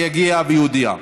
שיגיע ויודיע.